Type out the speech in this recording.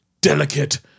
delicate